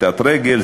פשיטת רגל,